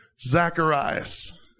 zacharias